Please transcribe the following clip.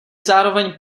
zároveň